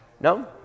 No